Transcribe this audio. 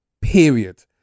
period